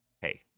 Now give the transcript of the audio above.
Hey